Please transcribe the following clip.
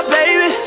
baby